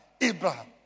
Abraham